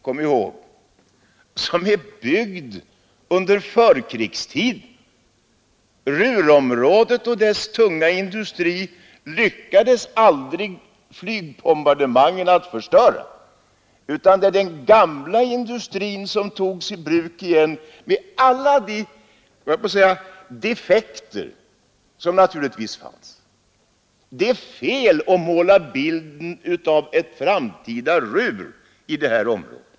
Kom också ihåg att Ruhrområdet är byggt under förkrigstiden! Den tunga industrin i Ruhr lyckades aldrig flygbombardemangen förstöra, utan det är den gamla industrin som tagits i bruk igen med alla de effekter som naturligtvis finns där. Det är fel att måla bilden av ett framtida Ruhr i det här området.